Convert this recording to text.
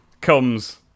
comes